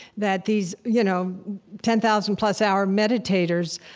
that these you know ten thousand plus hour meditators,